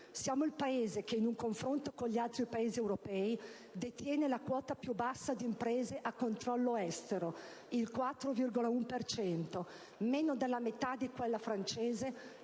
Siamo il Paese che, in un confronto con gli altri Paesi europei, detiene la quota più bassa di imprese a controllo estero, il 4,1 per cento, meno della metà di quella francese